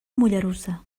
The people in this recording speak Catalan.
mollerussa